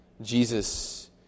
Jesus